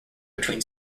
between